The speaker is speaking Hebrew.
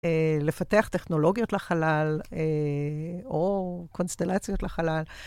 לפתח טכנולוגיות לחלל או קונסטלציות לחלל.